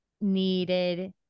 needed